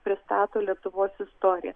pristato lietuvos istoriją